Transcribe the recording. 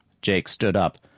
jake stood up,